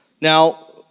Now